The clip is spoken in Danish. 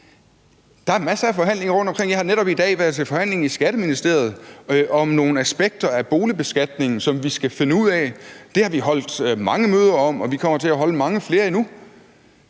Der er masser af forhandlinger rundtomkring. Jeg har netop i dag været til forhandling i Skatteministeriet om nogle aspekter af boligbeskatningen, som vi skal finde ud af. Det har vi holdt mange møder om, og vi kommer til at holde mange flere endnu.